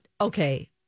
Okay